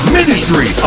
Ministry